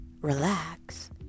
relax